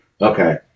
Okay